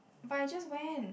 but I just went